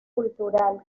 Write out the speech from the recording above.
cultural